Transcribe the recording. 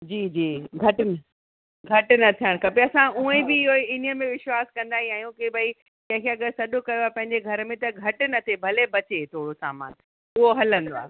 जी जी घटि घटि न थियणु खपे असां उअं ई बि इहो ई इन्हीअ में विश्वास कंदा ई आहियूं कि भई कंहिंखे अगरि सॾु कयो आहे पंहिंजे घर में त घटि न थिए भले बचे थोरो सामानु उहो हलंदो आहे